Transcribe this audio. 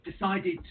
decided